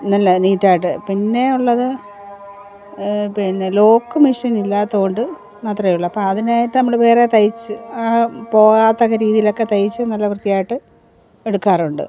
നല്ല നീറ്റായിട്ട് പിന്നെ ഉള്ളത് പിന്നെ ലോക്ക് മെഷ്യൻ ഇല്ലാത്തട് കൊണ്ട് മാത്രേയുള്ളു അപ്പോൾ അതിനൊക്കെ നമ്മള് വേറെ തയ്ച്ച് പോകത്തക്ക രീതിയിലൊക്കെ തയ്ച്ച് നല്ല വൃത്തിയായിട്ട് എടുക്കാറുണ്ട്